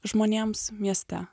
žmonėms mieste